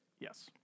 yes